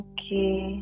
Okay